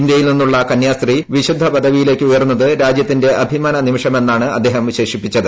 ഇന്ത്യയിൽ നിന്നുള്ള കന്യാസ്ത്രി വിശുദ്ധ പദവിയിലേയ്ക്ക് ഉയർന്നത് രാജ്യത്തിന്റെ അഭിമാന നിമിഷമെന്നാണ് അദ്ദേഹം വിശേഷിപ്പിച്ചത്